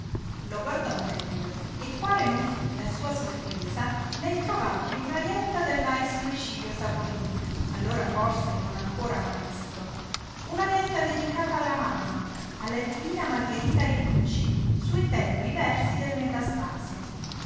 lo guardò meglio e quale non fu la sua sorpresa nel trovarvi un'arietta del maestro icilio saporini allora forse non ancora maestro un'arietta dedicata alla mamma alla divina margherita rigucci su i tenui versi del metastasio